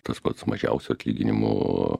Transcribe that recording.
tas pats mažiausio atlyginimo